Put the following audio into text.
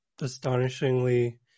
astonishingly